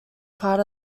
part